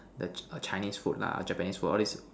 the chick Chinese food lah Japanese food all these